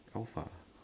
alpha